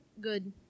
good